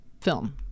film